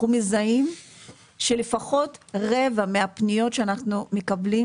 אנחנו מזהים שלפחות רבע מהפניות שאנחנו מקבלים